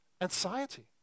anxiety